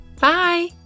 Bye